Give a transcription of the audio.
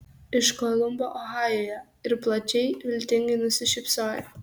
iš kolumbo ohajuje ir plačiai viltingai nusišypsojo